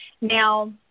Now